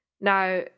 Now